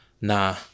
Nah